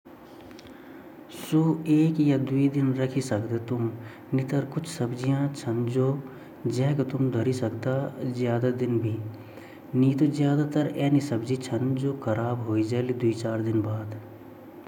जु हमारी जु जैविक सब्जियाँ छिन उ ता हमारी भोत दिन तक चलन अर जु हमा नॉन जैविक सब्जियाँ छिन वेता हम ज़्यादा से ज़्यादा चार पाँच या द्वी तीन दिन तक रख सकन वेगा बाद उ फ्रिज मा भी खराब वॉन्ड लगन ता येगा हिसाब से हमुन अपा देख्यण्ड की सब्जी कण छिन अर वेगा हिसाब से हम वेगु यूज़ कार्ला।